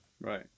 Right